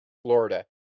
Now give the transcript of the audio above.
Florida